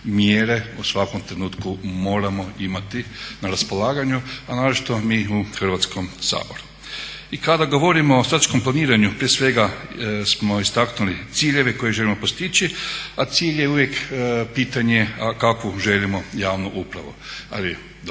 Mjere u svakom trenutku moramo imati na raspolaganju, a naročito mi u Hrvatskom saboru. I kada govorimo o strateškom planiranju prije svega smo istaknuli ciljeve koje želimo postići, a cilj je uvijek pitanje kakvu želimo javnu upravu. Ali dok